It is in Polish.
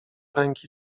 ręki